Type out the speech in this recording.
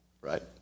Right